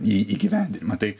į įgyvendinimą tai